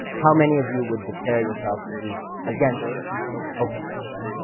how many of you would declare yourselves to be against openness?